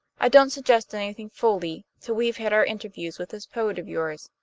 i don't suggest anything fully, till we've had our interview with this poet of yours.